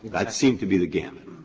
that seems to be the gamut.